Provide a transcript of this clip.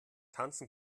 tanzen